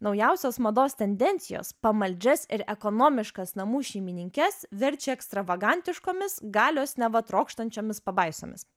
naujausios mados tendencijos pamaldžias ir ekonomiškas namų šeimininkes verčia ekstravagantiškomis galios neva trokštančiomis pabaisomis